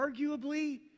arguably